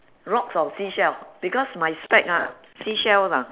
rocks or seashell because my spec ah seashell ah